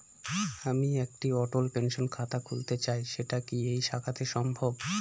আমি একটি অটল পেনশন খাতা খুলতে চাই সেটা কি এই শাখাতে সম্ভব?